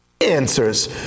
answers